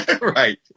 Right